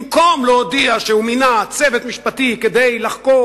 במקום להודיע שהוא מינה צוות משפטי כדי לחקור